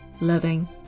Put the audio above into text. loving